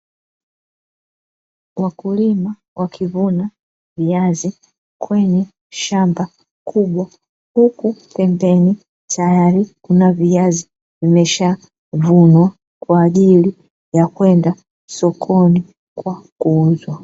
Wakulima wakivuna viazi kwenye shamba kubwa, huku pembeni tayari kuna viazi vimeshavunwa kwa ajili ya kwenda sokoni kwa kuuzwa.